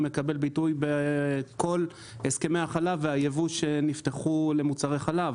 מקבל ביטוח בכל הסכמי החלב והיבוא שנפתחו למוצרי חלב.